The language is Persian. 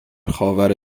خاور